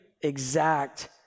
exact